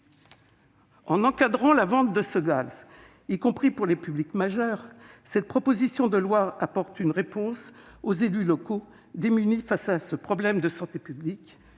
En encadrant la vente de ce gaz, y compris pour les publics majeurs, cette proposition de loi apporte une réponse aux élus locaux, démunis face à ce problème de santé publique.